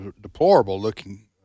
deplorable-looking